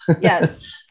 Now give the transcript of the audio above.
Yes